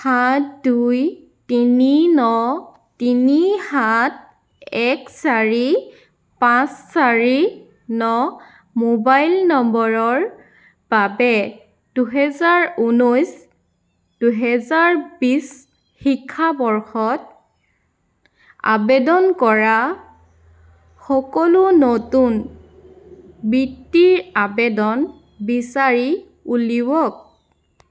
সাত দুই তিনি ন তিনি সাত এক চাৰি পাঁচ চাৰি ন মোবাইল নম্বৰৰ বাবে দুহেজাৰ ঊনৈছ দুহেজাৰ বিছ শিক্ষাবৰ্ষত আবেদন কৰা সকলো নতুন বৃত্তিৰ আবেদন বিচাৰি উলিয়াওক